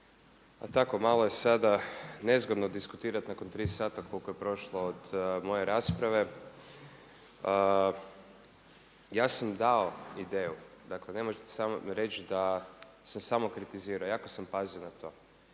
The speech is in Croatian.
a tako malo je sada nezgodno diskutirati nakon tri sata koliko je prošlo od moje rasprave. Ja sam dao ideju, dakle ne možete reći da sam samo kritizirao, jako sam pazio na to.